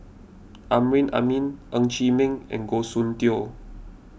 Amrin Amin Ng Chee Meng and Goh Soon Tioe